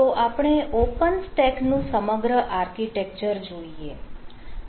તો આપણે ઓપન સ્ટેકનું સમગ્ર આર્કિટેક્ચર જોઈએ